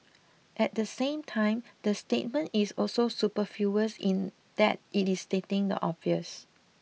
at the same time the statement is also superfluous in that it is stating the obvious